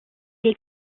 est